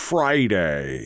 Friday